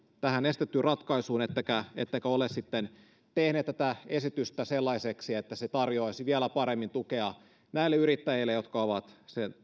tähän esitettyyn ratkaisuun ettekä ole tehneet tätä esitystä sellaiseksi että se tarjoaisi vielä paremmin tukea näille yrittäjille jotka ovat